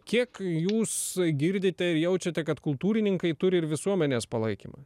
kiek jūs girdite jaučiate kad kultūrininkai turi ir visuomenės palaikymą